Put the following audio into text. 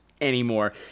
anymore